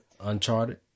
Uncharted